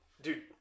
dude